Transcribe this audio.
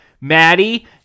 Maddie